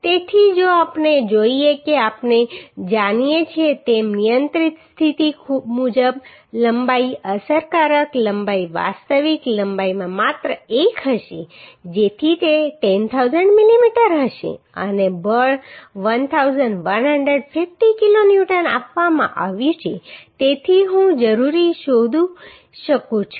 તેથી જો આપણે જોઈએ કે આપણે જાણીએ છીએ તેમ નિયંત્રિત સ્થિતિ મુજબ લંબાઈ અસરકારક લંબાઈ વાસ્તવિક લંબાઈમાં માત્ર એક હશે જેથી તે 10000 મિલીમીટર હશે અને બળ 1150 કિલો ન્યૂટન આપવામાં આવ્યું છે તેથી હું જરૂરી શોધી શકું છું